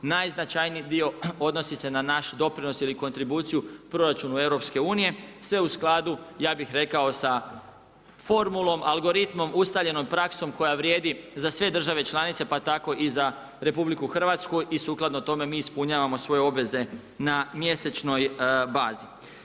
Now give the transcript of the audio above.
Najznačajniji dio odnosi se na naš doprinos ili kontribuciju proračunu EU-a, sve u skladu ja bi rekao sa formulom, algoritmom, ustaljenom praksom koja vrijedi za sve države članice pa tako i za RH i sukladno tome mi ispunjavamo svoje obveze na mjesečnoj bazi.